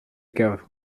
cave